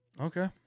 Okay